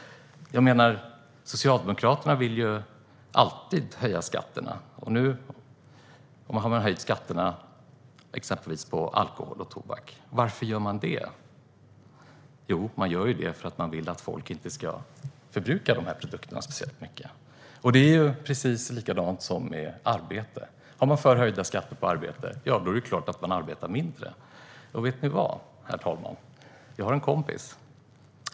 Socialdemokraterna vill alltid höja skatterna. Nu har man höjt skatterna på exempelvis alkohol och tobak. Varför gör man det? Jo, man gör det för att man vill att folk inte ska förbruka de här produkterna speciellt mycket. Det är precis likadant med arbete. Har man för höga skatter på arbete är det klart att människor arbetar mindre. Vet ni vad, herr talman?